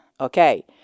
Okay